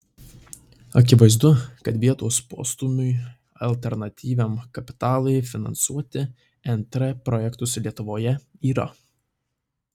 akivaizdu kad vietos postūmiui alternatyviam kapitalui finansuoti nt projektus lietuvoje yra